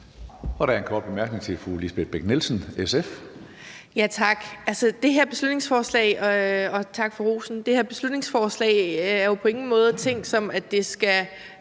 Der er en kort bemærkning til fru Lisbeth Bech-Nielsen, SF. Kl. 14:31 Lisbeth Bech-Nielsen (SF): Tak, og tak for rosen. Det her beslutningsforslag er jo på ingen måde tænkt som, at det på